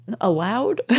allowed